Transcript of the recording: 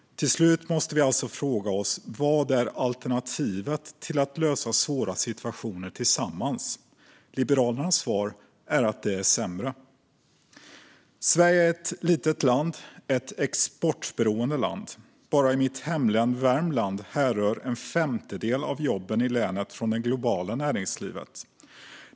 Till slut måste vi alltså fråga oss: Vad är alternativet till att lösa svåra situationer tillsammans? Liberalernas svar är att alternativet är sämre. Sverige är ett litet och exportberoende land. Bara i mitt hemlän Värmland härrör en femtedel av jobben från det globala näringslivet.